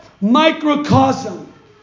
microcosm